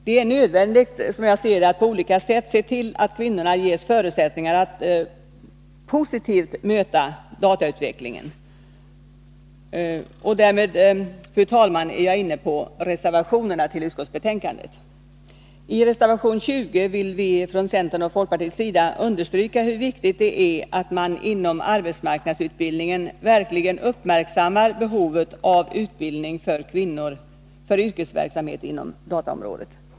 Som jag ser det är det nödvändigt att på olika sätt se till att kvinnorna ges förutsättningar att positivt möta datautvecklingen. Och därmed, fru talman, är jag inne på reservationerna till utskottsbetänkandet. I reservation nr 20 vill vi från centern och folkpartiet understryka hur viktigt det är att man inom arbetsmarknadsutbildningen verkligen uppmärksammar behovet av utbildning för kvinnor för yrkesverksamhet inom dataområdet.